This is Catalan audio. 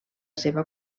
seva